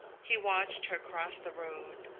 he watched her cross the road.